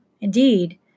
Indeed